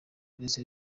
ndetse